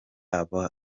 abo